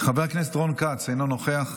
חבר הכנסת רון כץ, אינו נוכח,